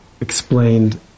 explained